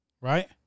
right